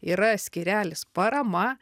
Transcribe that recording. yra skyrelis parama